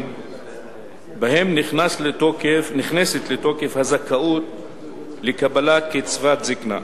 שבהם נכנסת לתוקף הזכאות לקבלת קצבת זיקנה.